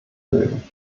mögen